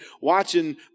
watching